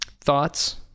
thoughts